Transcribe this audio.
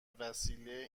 وسیله